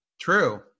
True